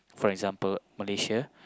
for example Malaysia